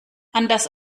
anders